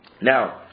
Now